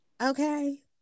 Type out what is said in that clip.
okay